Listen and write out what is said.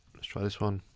let's try this one.